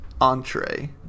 entree